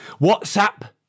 WhatsApp